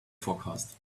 forecast